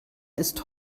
ist